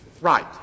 Right